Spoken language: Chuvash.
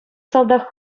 салтак